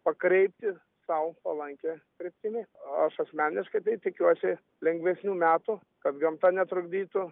pakreipti sau palankia kryptimi aš asmeniškai tai tikiuosi lengvesnių metų kad gamta netrukdytų